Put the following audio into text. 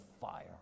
fire